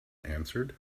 answered